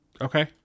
Okay